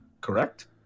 correct